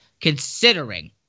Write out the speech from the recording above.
considering